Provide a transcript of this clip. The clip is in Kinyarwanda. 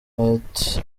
minaert